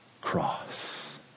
cross